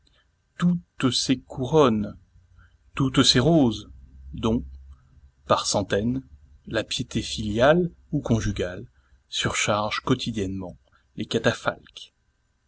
toutes ces couronnes toutes ces roses dont par centaines la piété filiale ou conjugale surcharge quotidiennement les